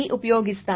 ఉపయోగిస్తాను